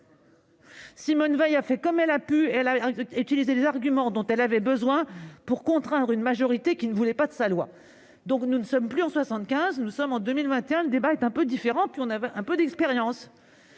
Simone Veil a fait comme elle a pu : elle a utilisé les arguments dont elle avait besoin pour convaincre une majorité qui ne voulait pas de sa loi. Mais nous ne sommes plus en 1975, nous sommes en 2022. Le débat est un peu différent et nous avons désormais un peu d'expérience